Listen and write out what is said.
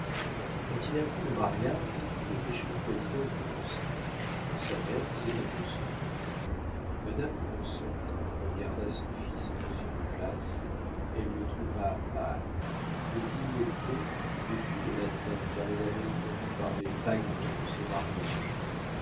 quand il apprit le mariage il était chez le président du ronceret où sa mère faisait un boston madame granson regarda son fils dans une glace elle le trouva pâle mais il l'était depuis le matin car il avait entendu parler vaguement de ce mariage